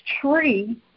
tree